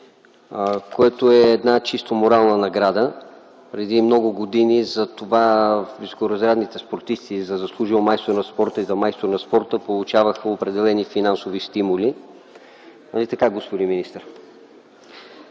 което е чисто морална награда. Преди много години високоразредните спортисти „заслужил майстор на спорта” и „майстор на спорта” получаваха определени финансови стимули. Нали така, господин министър?